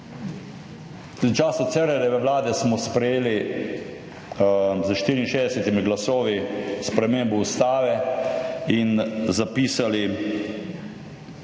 V času Cerarjeve vlade smo sprejeli s 64 glasovi spremembo Ustave in zapisali pravico